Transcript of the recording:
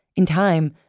in time,